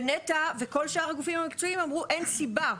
ונת"ע וכל שאר הגופים אמרו שאין סיבה,